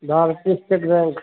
Bharatiya state bank